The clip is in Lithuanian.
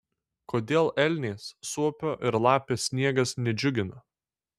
kodėl elnės suopio ir lapės sniegas nedžiugina